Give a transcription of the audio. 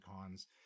cons